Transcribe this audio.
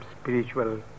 spiritual